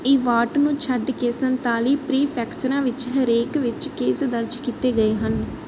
ਇਵਾਟ ਨੂੰ ਛੱਡ ਕੇ ਸੰਤਾਲੀ ਪ੍ਰੀ ਫੈਕਚਰਾਂ ਵਿੱਚੋਂ ਹਰੇਕ ਵਿੱਚ ਕੇਸ ਦਰਜ ਕੀਤੇ ਗਏ ਹਨ